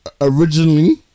originally